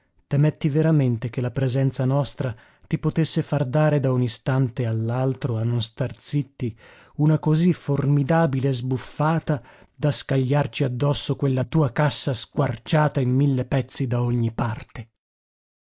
date temetti veramente che la presenza nostra ti potesse far dare da un istante all'altro a non star zitti una così formidabile sbuffata da scagliarci addosso quella tua cassa squarciata in mille pezzi da ogni parte